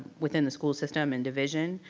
within the school system and division.